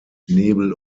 nebel